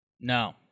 No